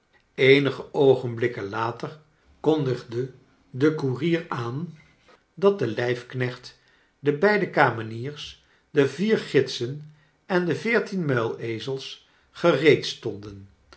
eenige oogenblikken later kondigde de koerier aan dat de lijfknecht de beide kameniers de vier gidsen en de veertien muilezels gereed stonden